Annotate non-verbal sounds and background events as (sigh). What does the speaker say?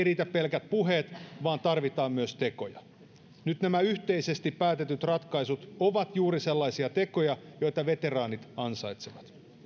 (unintelligible) riitä pelkät puheet vaan tarvitaan myös tekoja nyt nämä yhteisesti päätetyt ratkaisut ovat juuri sellaisia tekoja joita veteraanit ansaitsevat